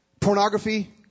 pornography